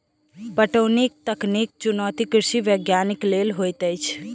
पटौनीक तकनीकी चुनौती कृषि वैज्ञानिक लेल होइत अछि